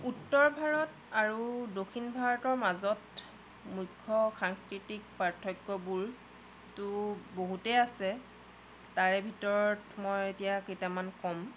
উত্তৰ ভাৰত আৰু দক্ষিণ ভাৰতৰ মাজত মুখ্য সাংস্কৃতিক পাৰ্থক্যবোৰটো বহুতেই আছে তাৰে ভিতৰত মই এতিয়া কেইটামান ক'ম